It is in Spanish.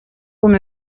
con